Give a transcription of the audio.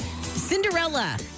Cinderella